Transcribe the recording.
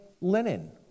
linen